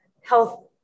health